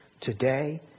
Today